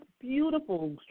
beautiful